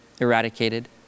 eradicated